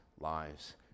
lives